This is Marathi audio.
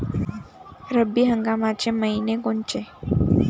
रब्बी हंगामाचे मइने कोनचे?